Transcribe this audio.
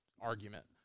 argument